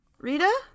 Rita